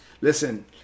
Listen